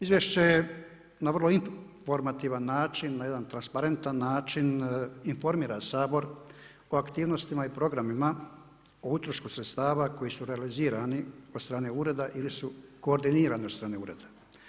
Izvješće je na vrlo informativan način, na jedan transparentan način informira Sabor o aktivnostima i programima o utrošku sredstava koji su realizirani od strane ureda ili su koordinirani od strane ureda.